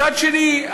מצד שני,